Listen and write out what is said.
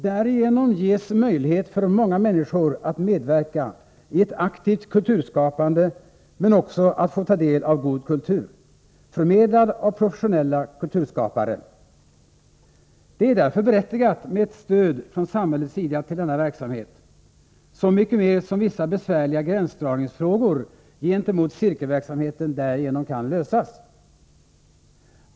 Därigenom ges möjlighet för många människor att medverka i ett aktivt kulturskapande men också att få ta del av vår kultur, förmedlad av professionella kulturskapare. Det är därför berättigat med ett stöd från samhällets sida till denna verksamhet, så mycket mer som vissa besvärliga gränsdragningsfrågor gentemot cirkelverksamheten därigenom kan lösas.